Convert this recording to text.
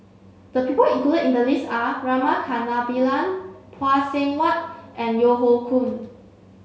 the people included in the list are Rama Kannabiran Phay Seng Whatt and Yeo Hoe Koon